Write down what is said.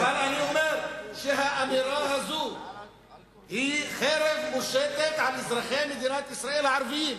אבל אני אומר שהאמירה הזאת היא חרב מושטת על אזרחי מדינת ישראל הערבים.